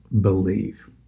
believe